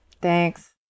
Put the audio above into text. Thanks